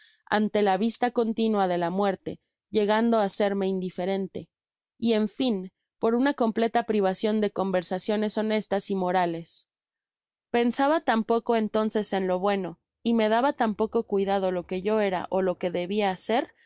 ante la vista contiflua de la muerte llegando á serme indiferente y en fin por una completa privacion de conversaciones honestas y morales pensaba tan poco entonces en lo bueno y me daba tan poeo cuidado lo que yo era ó lo que debia ser